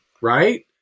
right